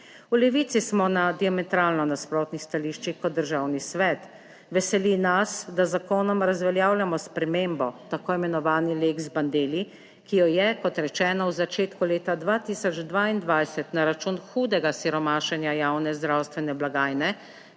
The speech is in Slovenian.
V Levici smo na diametralno nasprotnih stališčih kot Državni svet. Veseli nas, da z zakonom razveljavljamo spremembo t. i. Lex Bandelli, ki jo je, kot rečeno, v začetku leta 2022 na račun hudega siromašenja javne zdravstvene blagajne,